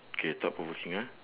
K thought-provoking ah